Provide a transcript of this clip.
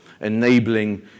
enabling